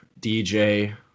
DJ